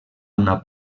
una